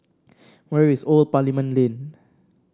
where is Old Parliament Lane